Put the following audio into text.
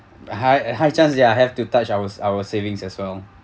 high high chance that I have to touch ours our savings as well